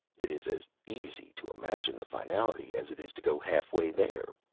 it is as easy to imagine the finality as it is to go half-way there,